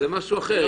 זה משהו אחר.